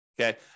Okay